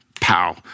pow